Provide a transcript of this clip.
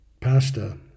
pasta